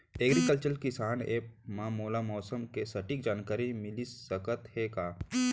Agriculture किसान app मा मोला मौसम के सटीक जानकारी मिलिस सकत हे का?